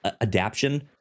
adaption